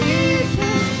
Jesus